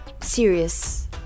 serious